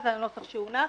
זה הנוסח שהונח.